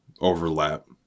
overlap